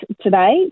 today